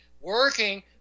working